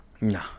Nah